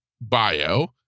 bio